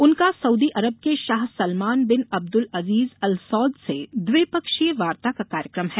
उनका Saudi Arab के Shah Salman bin Abdul Aziz Al Saud से द्विपक्षीय वार्ता का कार्यक्रम है